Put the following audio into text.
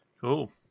Cool